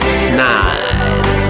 snide